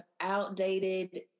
outdated